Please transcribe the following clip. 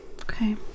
okay